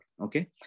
Okay